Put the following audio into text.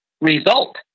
result